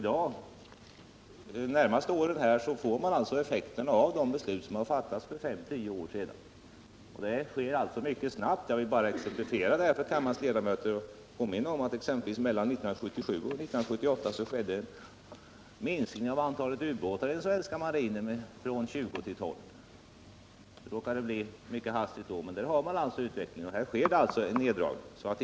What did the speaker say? De närmaste åren får vi alltså effekterna av de beslut som fattades för fem tio år sedan. Och då sker det alltså mycket snabbt. Jag vill bara exemplifiera detta för kammarens ledamöter genom att påminna om att det mellan 1977 och 1978 skedde en minskning av antalet u-båtar i marinen från 20 till 12. Det råkade ske mycket hastigt då. Där ser vi utvecklingen. Och nu sker det alltså en neddragning.